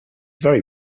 very